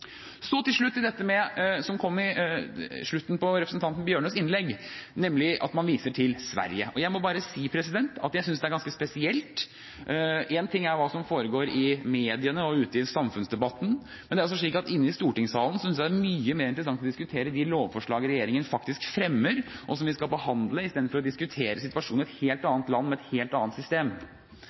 Så til slutt til dette som kom på slutten av representanten Bjørnøs innlegg, nemlig at man viser til Sverige. Jeg må si at jeg synes det er ganske spesielt. Én ting er hva som foregår i mediene og ute i samfunnsdebatten, men inne i stortingssalen synes jeg det er mye mer interessant å diskutere de lovforslag regjeringen faktisk fremmer, og som vi skal behandle, i stedet for å diskutere situasjonen i et helt annet land med et helt annet system.